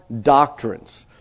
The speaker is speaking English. doctrines